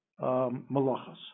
malachas